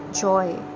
joy